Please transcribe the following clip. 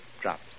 drops